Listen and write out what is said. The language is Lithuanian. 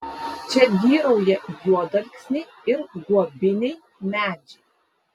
čia vyrauja juodalksniai ir guobiniai medžiai